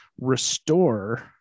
restore